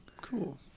cool